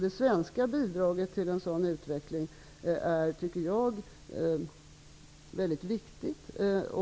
Det svenska bidraget till en sådan utveckling tycker jag är myckt viktigt.